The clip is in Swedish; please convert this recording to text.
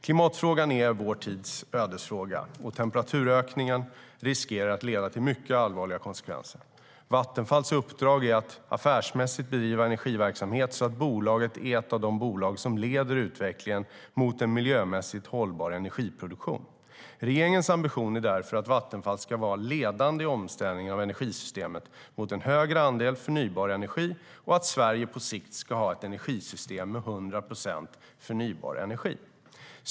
Klimatfrågan är vår tids ödesfråga, och temperaturökningen riskerar att leda till mycket allvarliga konsekvenser. Vattenfalls uppdrag är att affärsmässigt bedriva energiverksamhet så att bolaget är ett av de bolag som leder utvecklingen mot en miljömässigt hållbar energiproduktion. Regeringens ambition är därför att Vattenfall ska vara ledande i omställningen av energisystemet mot en högre andel förnybar energi och att Sverige på sikt ska ha ett energisystem med 100 procent förnybar energi.